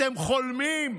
אתם חולמים.